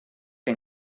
que